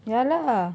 ya lah